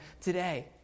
today